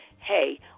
Hey